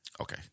Okay